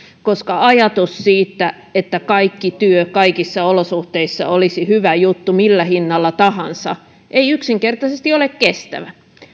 koska ajatus että kaikki työ kaikissa olosuhteissa olisi hyvä juttu millä hinnalla tahansa ei yksinkertaisesti ole kestävä